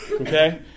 Okay